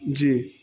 جی